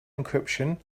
encryption